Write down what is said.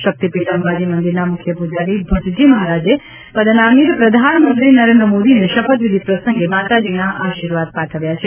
શક્તિપીઠ અંબાજી મંદિરના મુખ્ય પૂજારી ભટ્ટજી મહારાજે પદનામિત પ્રધાનમંત્રી નરેન્દ્ર મોદીને શપથવિધિ પ્રસંગે માતાજીના આશિર્વાદ પાઠવ્યા છે